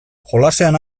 jolasean